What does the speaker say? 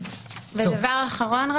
דבר אחרון,